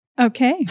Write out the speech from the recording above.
Okay